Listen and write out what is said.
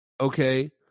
Okay